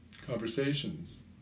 conversations